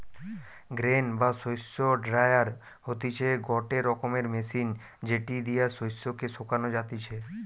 grain বা শস্য dryer হতিছে গটে রকমের মেশিন যেটি দিয়া শস্য কে শোকানো যাতিছে